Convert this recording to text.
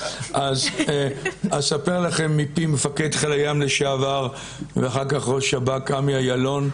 אז אספר לכם מפי מפקד חיל הים לשעבר ואחר כך ראש שב"כ עמי אילון,